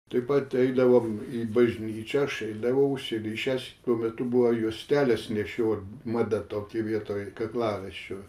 taip pat eidavom į bažnyčią aš eidavau užsirišęs tuo metu buvo juosteles nešiot mada tokia vietoj kaklaraiščio